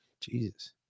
Jesus